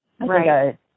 Right